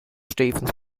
stevens